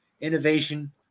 innovation